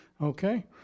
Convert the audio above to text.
okay